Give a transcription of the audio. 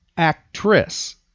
actress